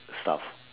stuff